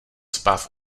spát